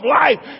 life